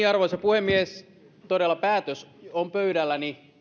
arvoisa puhemies todella päätös on pöydälläni